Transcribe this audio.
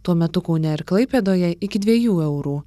tuo metu kaune ir klaipėdoje iki dviejų eurų